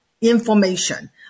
information